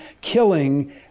killing